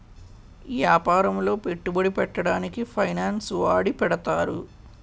యాపారములో పెట్టుబడి పెట్టడానికి ఫైనాన్స్ వాడి పెడతారు